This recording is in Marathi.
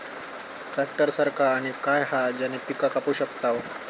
ट्रॅक्टर सारखा आणि काय हा ज्याने पीका कापू शकताव?